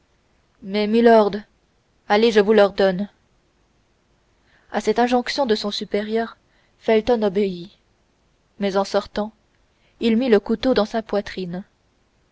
milord allez je vous l'ordonne à cette injonction de son supérieur felton obéit mais en sortant il mit le couteau dans sa poitrine